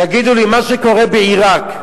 תגידו לי, מה שקורה בעירק,